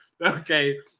okay